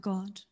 God